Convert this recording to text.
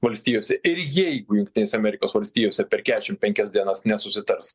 valstijose ir jeigu jungtinėse amerikos valstijose per kedešim penkias dienas nesusitars